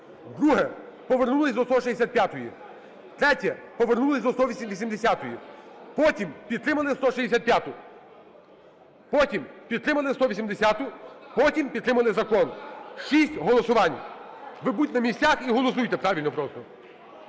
Друге – повернулись до 165. Третє – повернулись до 180. Потім – підтримали 165-у. Потім – підтримали 180-у. Потім – підтримали закон. Шість голосувань. Ви будьте на місцях і голосуйте правильно просто.